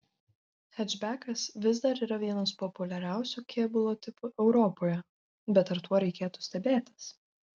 hečbekas vis dar yra vienas populiariausių kėbulo tipų europoje bet ar tuo reikėtų stebėtis